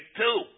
two